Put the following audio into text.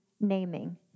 naming